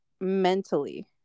mentally